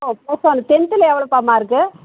ஆ டென்த்தில் எவ்வளோப்பா மார்க்கு